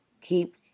keep